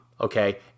Okay